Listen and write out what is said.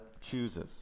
chooses